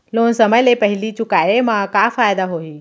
Loan समय ले पहिली चुकाए मा का फायदा होही?